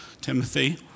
Timothy